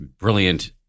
brilliant